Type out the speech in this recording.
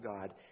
God